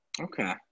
Okay